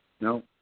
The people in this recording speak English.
No